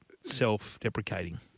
self-deprecating